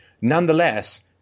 nonetheless